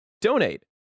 donate